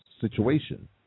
situation